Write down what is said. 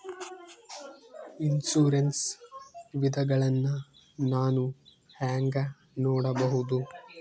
Insurance ವಿಧಗಳನ್ನ ನಾನು ಹೆಂಗ ನೋಡಬಹುದು?